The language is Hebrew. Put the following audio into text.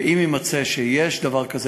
ואם יימצא שיש דבר כזה,